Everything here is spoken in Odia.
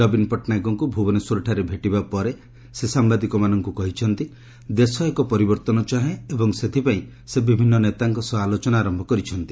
ନବୀନ ପଟ୍ଟନାୟକଙ୍କୁ ଭୁବନେଶ୍ୱରଠାରେ ଭେଟିବା ପରେ ସେ ସାମ୍ଭାଦିକମାନଙ୍କୁ କହିଛନ୍ତି ଦେଶ ଏକ ପରିବର୍ତ୍ତନ ଚାହେଁ ଏବଂ ସେଥିପାଇଁ ସେ ବିଭିନ୍ନ ନେତାଙ୍କ ସହ ଆଲୋଚନା ଆରମ୍ଭ କରିଛନ୍ତି